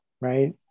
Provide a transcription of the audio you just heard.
right